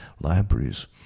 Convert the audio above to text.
libraries